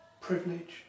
privilege